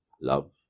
Love